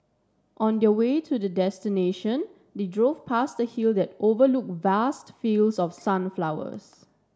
on the way to their destination they drove past a hill that overlook vast fields of sunflowers